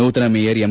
ನೂತನ mayor M